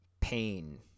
pain